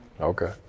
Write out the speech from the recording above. Okay